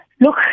Look